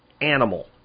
animal